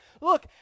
Look